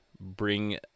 bring